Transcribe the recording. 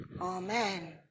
Amen